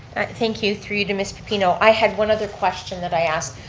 thank you, through you to miss pepino, i had one other question that i asked,